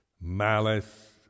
malice